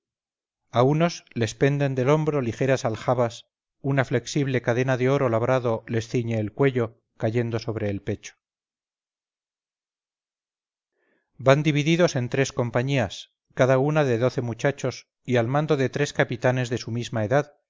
a unos les penden del hombro ligeras aljabas una flexible cadena de oro labrado les ciñe el cuello cayendo sobre el pecho van divididos en tres compañías cada una de doce muchachos y al mando de tres capitanes de su misma edad